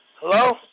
Hello